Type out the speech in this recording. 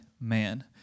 man